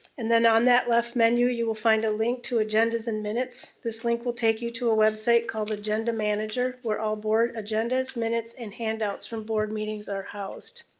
and then on that left menu, you will find a link to agendas and minutes. this link will take you to a website called agenda manager, where all board agendas, minutes, and handouts from board meetings are housed.